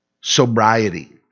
Sobriety